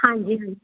ਹਾਂਜੀ ਹਾਂਜੀ